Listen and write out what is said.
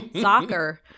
soccer